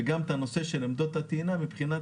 וגם את הנושא של עמדות הטעינה מבחינת